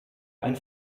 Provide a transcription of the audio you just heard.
ein